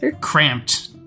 cramped